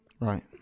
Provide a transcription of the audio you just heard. Right